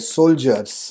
soldiers